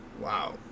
Wow